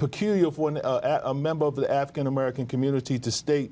peculiar for a member of the african american community to state